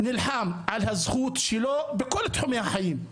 נלחם על הזכות שלו בכל תחומי החיים,